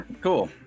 cool